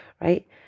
right